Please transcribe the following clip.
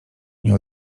nie